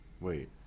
Wait